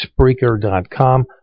Spreaker.com